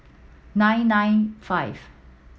nine nine five